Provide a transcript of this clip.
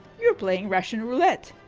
you're playing russian roulette,